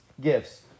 gifts